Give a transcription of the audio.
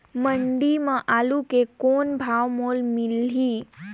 मंडी म आलू के कौन भाव मोल मिलही?